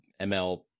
ML